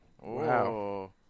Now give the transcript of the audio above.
Wow